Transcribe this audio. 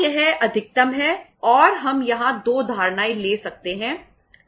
और यह अधिकतम है और हम यहां 2 धारणाएं ले सकते हैं